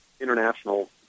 international